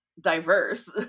diverse